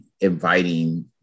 inviting